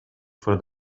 for